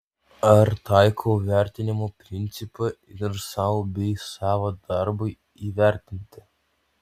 ar taikau vertinimo principą ir sau bei savo darbui įvertinti